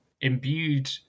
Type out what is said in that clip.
imbued